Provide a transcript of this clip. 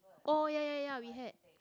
oh ya ya ya we had